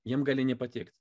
jiem gali nepatikt